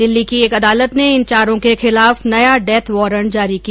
दिल्ली की एक अदालत ने इन चारों के खिलाफ नया डेथ वारंट जारी किया